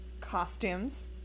Costumes